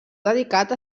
dedicat